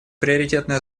приоритетная